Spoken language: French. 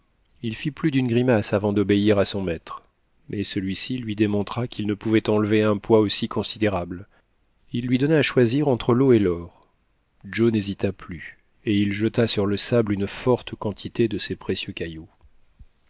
il fit plus d'une grimace avant d'obéir à son maître mais celui-ci lui démontra qu'il ne pouvait enlever un poids aussi considérable il lui donna à choisir entre l'eau ou l'or joe n'hésita plus et il jeta sur le sable une forte quantité de ses précieux cailloux